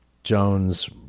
Jones